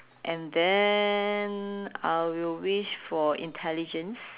and then I will wish for intelligence